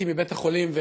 יצאתי מבית-החולים,